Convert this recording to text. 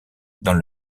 dans